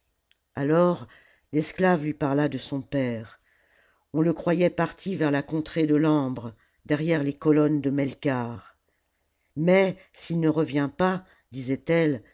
alors l'esclave lui parla de son père on le croyait parti vers la contrée de l'ambre derrière les colonnes de meikarth mais s'il ne revient pas disait-elle